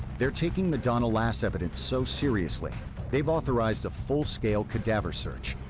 they're taking the donna lass evidence so seriously they've authorized a full-scale cadaver search,